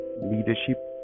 leadership